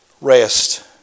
rest